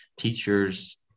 teachers